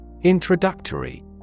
Introductory